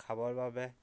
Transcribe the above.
খাবৰ বাবে